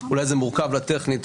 אולי זה מורכב לה טכנית,